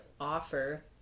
offer